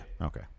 Okay